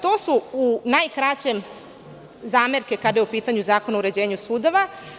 To su u najkraće zamerke kada je u pitanju Zakon o uređenju sudova.